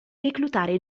reclutare